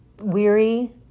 weary